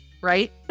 right